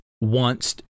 wants